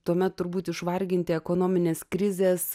tuomet turbūt išvarginti ekonominės krizės